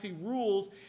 Rules